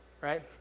right